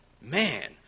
man